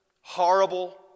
horrible